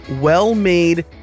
well-made